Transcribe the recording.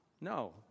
No